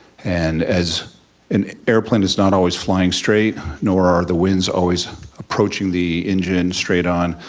and as an airplane is not always flying straight, nor are the winds always approaching the engine straight on,